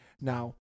Now